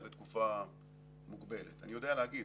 אחרי תקופה מוגבלת אני יודע להגיד,